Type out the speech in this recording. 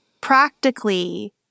practically